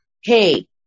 hey